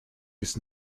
bis